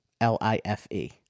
L-I-F-E